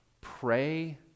Pray